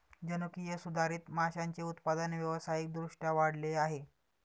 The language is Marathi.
जनुकीय सुधारित माशांचे उत्पादन व्यावसायिक दृष्ट्या वाढले आहे